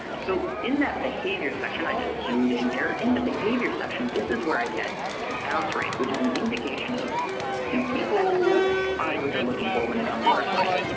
so in that behavior section, i just zoomed in here, in the behavior section, this is where i get bounce rate which is an indication of do people find what they are looking for when they come to our site.